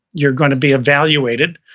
you're gonna be evaluated,